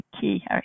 key